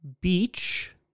Beach